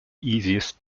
easiest